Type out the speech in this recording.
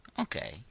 Okay